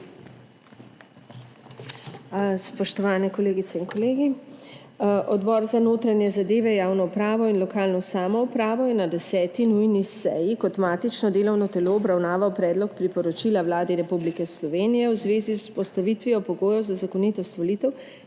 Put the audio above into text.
Spoštovani kolegice in kolegi! Odbor za notranje zadeve, javno upravo in lokalno samoupravo je na 10. nujni seji kot matično delovno telo obravnaval Predlog priporočila Vladi Republike Slovenije v zvezi z vzpostavitvijo pogojev za zakonitost volitev,